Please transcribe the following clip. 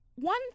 one